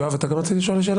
יואב, אתה גם רצית לשאול שאלה?